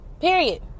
Period